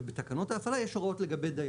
ובתקנות ההפעלה יש הוראות לגבי דיילים,